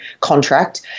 contract